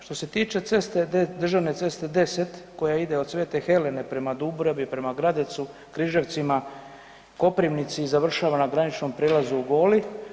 Što se tiče ceste, državne ceste 10, koja ide od Svete Helene prema Dubravi, prema Gradecu, Križevcima, Koprivnici i završava na graničnom prijelazu u Goli.